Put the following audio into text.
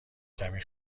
کمی